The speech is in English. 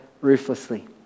ruthlessly